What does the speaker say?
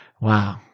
Wow